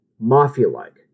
Mafia-like